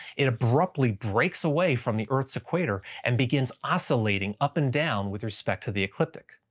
it abruptly breaks away from the earth's equator and begins oscillating up and down with respect to the ecliptic.